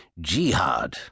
Jihad